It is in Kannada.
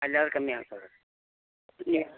ಅಲ್ಲಿ ಆರು ಕಮ್ಮಿ ಆಗ್ತದ